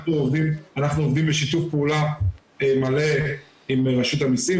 עובדים בשיתוף פעולה מלא עם רשות המסים,